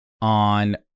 on